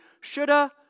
shoulda